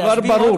זה דבר ברור.